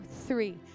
three